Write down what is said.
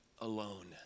alone